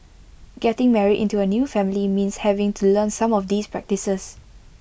getting married into A new family means having to learn some of these practices